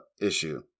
issue